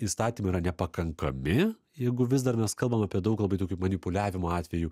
įstatymai yra nepakankami jeigu vis dar mes kalbam apie daug labai tokių manipuliavimo atvejų